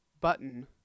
button